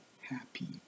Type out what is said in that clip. happy